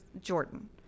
Jordan